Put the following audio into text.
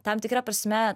tam tikra prasme